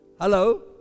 Hello